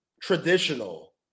traditional